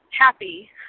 happy